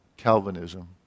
Calvinism